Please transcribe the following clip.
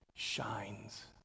shines